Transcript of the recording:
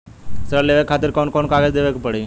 ऋण लेवे के खातिर कौन कोन कागज देवे के पढ़ही?